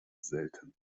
selten